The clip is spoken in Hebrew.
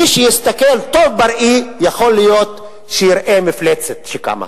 מי שיסתכל טוב בראי, יכול להיות שיראה מפלצת שקמה.